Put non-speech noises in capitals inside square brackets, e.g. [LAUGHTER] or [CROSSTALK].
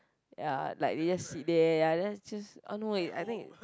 ya like they just sit there ya then just ah no leh I think [NOISE]